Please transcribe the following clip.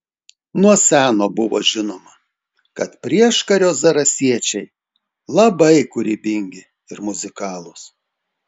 nuo seno buvo žinoma kad prieškario zarasiečiai labai kūrybingi ir muzikalūs